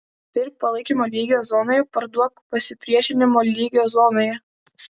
pirk palaikymo lygio zonoje parduok pasipriešinimo lygio zonoje